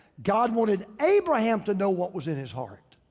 god wanted abraham to know what was in his heart.